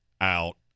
out